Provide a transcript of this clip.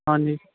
ਹਾਂਜੀ